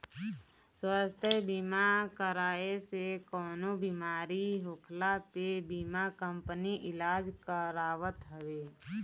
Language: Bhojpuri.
स्वास्थ्य बीमा कराए से कवनो बेमारी होखला पे बीमा कंपनी इलाज करावत हवे